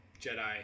Jedi